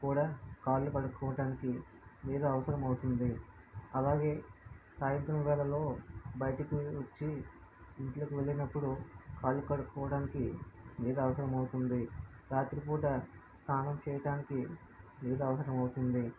కూడా కాళ్ళు కడుకోవడానికి నీరు అవసరం అవుతుంది అలాగే సాయంత్రం వేళలో బయటికి వచ్చి ఇంట్లోకి వెళ్ళినప్పుడు కాళ్ళు కడుకోవడానికి నీరు అవసరం అవుతుంది రాత్రి పూట స్నానం చేయడానికి నీరు అవసరం అవుతుంది